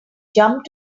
jump